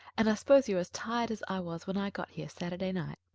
and i suppose you're as tired as i was when i got here saturday night.